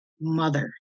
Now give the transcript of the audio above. mother